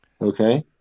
Okay